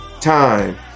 time